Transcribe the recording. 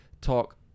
talk